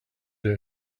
that